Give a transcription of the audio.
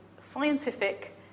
scientific